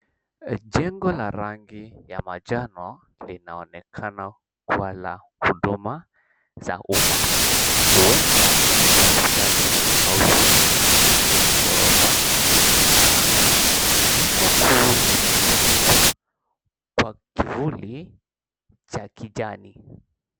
Jengo la rangi ya manjano linaonekana kuwa la huduma za uma huenda ni hospitali au shule lina gorofa kadhaa na lango kuu limefunikwa kwa kivuli cha kijani.